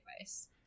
advice